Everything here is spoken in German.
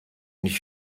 nicht